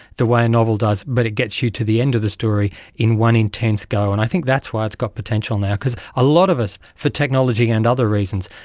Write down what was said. the way a novel does, but it gets you to the end of the story in one intense go, and i think that's why it's got potential now. because a lot of us, for technology and other reasons,